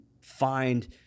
find –